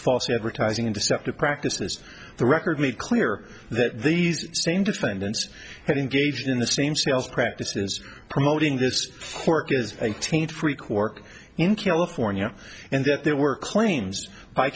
false advertising in deceptive practices the record made clear that these same defendants engaged in the same sales practices promoting this court is eighteen three court in california and that there were claims by